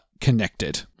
connected